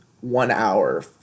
one-hour